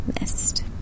missed